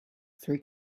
three